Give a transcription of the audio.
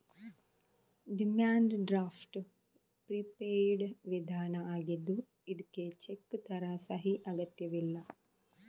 demand draft prepaid ವಿಧಾನ ಆಗಿದ್ದು ಇದ್ಕೆ ಚೆಕ್ ತರ ಸಹಿ ಅಗತ್ಯವಿಲ್ಲ